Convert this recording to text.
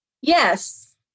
Yes